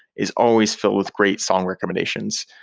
is always filled with great song recommendations.